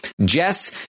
Jess